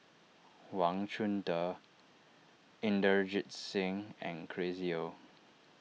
Wang Chunde Inderjit Singh and Chris Yeo